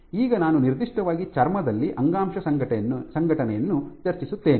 ಈಗ ನಾನು ನಿರ್ದಿಷ್ಟವಾಗಿ ಚರ್ಮದಲ್ಲಿ ಅಂಗಾಂಶ ಸಂಘಟನೆಯನ್ನು ಚರ್ಚಿಸುತ್ತೇನೆ